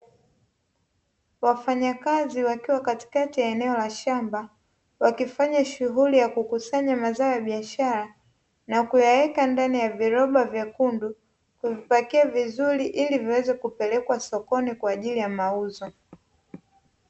Wafanyakazi wakiwa katikati ya eneo la shamba, wakifanya shughuli ya kukusanya mazao ya biashara na kuyaweka ndani ya viroba vyekundu, kuvipakia vizuri ili viweze kupelekwa sokoni kwa ajili ya mauzo.